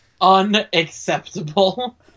Unacceptable